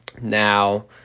Now